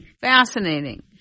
Fascinating